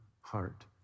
heart